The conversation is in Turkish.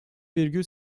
virgül